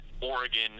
Oregon